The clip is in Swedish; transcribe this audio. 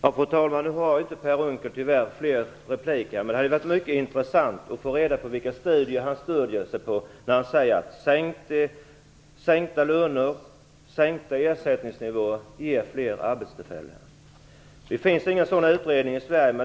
Fru talman! Tyvärr har Per Unckel inte fler repliker. Det hade varit mycket intressant att få reda på vilka studier han stöder sig på när han säger att sänkta löner och sänkta ersättningsnivåer ger fler arbetstillfällen. Det finns ingen sådan utredning i Sverige.